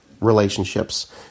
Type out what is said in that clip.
relationships